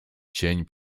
cień